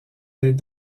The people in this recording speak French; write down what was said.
des